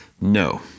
No